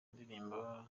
indirimbo